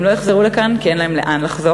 הם לא יחזרו לכאן כי אין להם לאן לחזור,